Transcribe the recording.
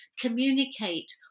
communicate